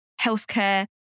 healthcare